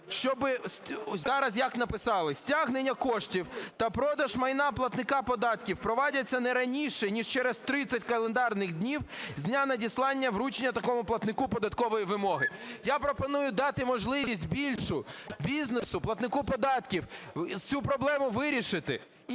щоби... Зараз як написали: "Стягнення коштів та продаж майна платника податків провадяться не раніше, ніж через 30 календарних днів з дня надіслання вручення такому платнику податкової вимоги". Я пропоную дати можливість більшу бізнесу, платнику податків цю проблему вирішити,